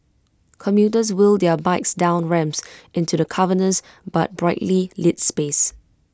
commuters wheel their bikes down ramps into the cavernous but brightly lit space